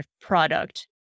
product